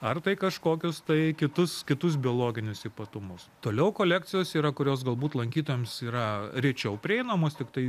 ar tai kažkokius tai kitus kitus biologinius ypatumus toliau kolekcijos yra kurios galbūt lankytojams yra rečiau prieinamos tiktai